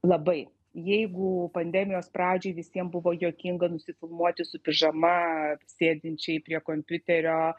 labai jeigu pandemijos pradžioj visiem buvo juokinga nusifilmuoti su pižama sėdinčiai prie kompiuterio